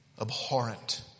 abhorrent